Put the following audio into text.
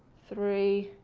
three,